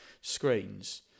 screens